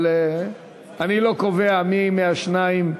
אבל אני לא קובע מי מהשניים.